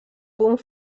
punt